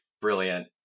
Brilliant